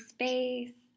space